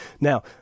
Now